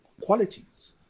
qualities